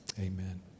Amen